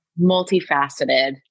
multifaceted